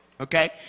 okay